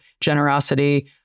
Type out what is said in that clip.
generosity